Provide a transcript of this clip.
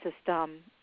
system